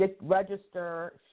register